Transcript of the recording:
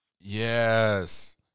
Yes